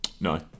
No